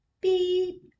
Beep